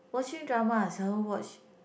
watching drama I seldom watch